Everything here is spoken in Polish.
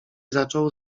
zaczął